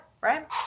right